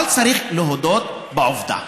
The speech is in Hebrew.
צריך להודות בעובדה: